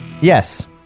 Yes